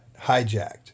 hijacked